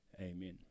Amen